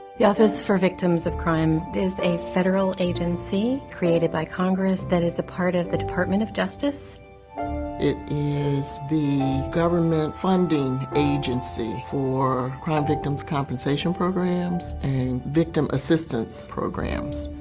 the office for victims of crime is a federal agency created by congress that is a part of the department of justice. female it is the government funding agency for crime victims compensation programs and victim assistance programs.